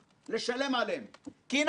אבל אני עוקב עשרות שנים אחרי הכנסת.